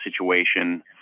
situation